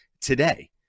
today